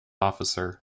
officer